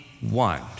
one